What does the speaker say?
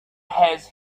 has